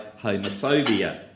homophobia